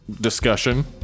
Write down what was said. discussion